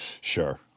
Sure